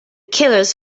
killers